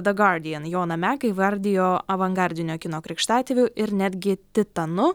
the guardian joną meką įvardijo avangardinio kino krikštatėviu ir netgi titanu